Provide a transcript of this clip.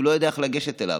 שהוא לא יודע איך לגשת אליו,